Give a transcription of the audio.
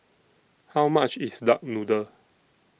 How much IS Duck Noodle